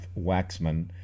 Waxman